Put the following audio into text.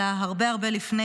אלא הרבה הרבה לפני,